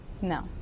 No